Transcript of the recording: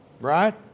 Right